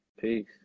Peace